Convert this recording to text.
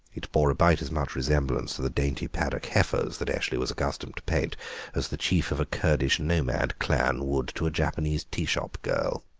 it bore about as much resemblance to the dainty paddock heifers that eshley was accustomed to paint as the chief of a kurdish nomad clan would to a japanese tea-shop girl.